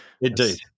Indeed